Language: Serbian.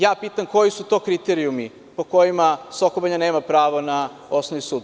Ja pitam koji su to kriterijumi po kojima Soko Banja nema pravo na osnovni sud?